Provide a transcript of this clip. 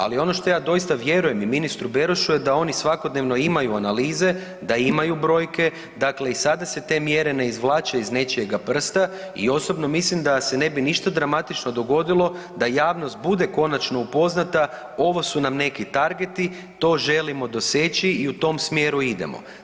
Ali ono što ja doista vjerujem i ministru Berošu je da oni svakodnevno imaju analize, da imaju brojke, dakle i sada se te mjere ne izvlače iz nečijega prsta i osobno mislim da se ne bi ništa dramatično dogodilo da javnost bude konačno upoznata, ovo su nam neki targeti, to želimo doseći i u tom smjeru idemo.